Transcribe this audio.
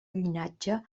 llinatge